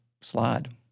slide